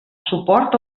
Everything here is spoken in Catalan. suport